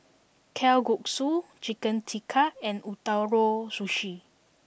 Kalguksu Chicken Tikka and Ootoro Sushi